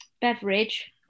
beverage –